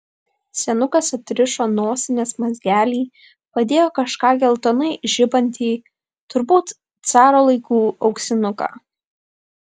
senukas atrišo nosinės mazgelį padėjo kažką geltonai žibantį turbūt caro laikų auksinuką